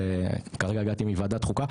שכרגע הגעתי מוועדת חוקה,